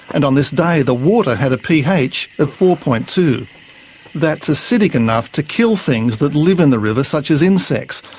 and on this day the water had a ph of four. two. that's acidic enough to kill things that live in the river, such as insects,